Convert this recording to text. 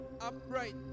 upright